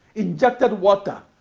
injected water,